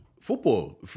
Football